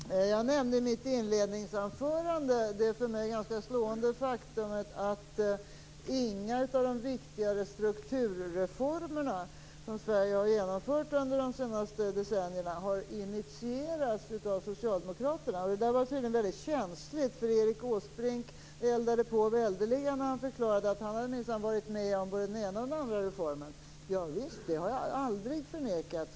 Herr talman! Jag nämnde i mitt inledningsanförande det för mig ganska slående faktumet att inga av de viktigare strukturreformer som Sverige har genomfört under de senaste decennierna har initierats av Socialdemokraterna. Det där var tydligen väldigt känsligt, ty Erik Åsbrink eldade på väldeliga när han förklarade att han minsann hade varit med om både den ena och den andra reformen. Javisst, det har jag aldrig förnekat.